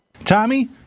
Tommy